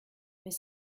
mais